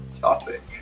topic